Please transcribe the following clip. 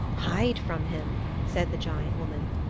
hide from him, said the giant woman.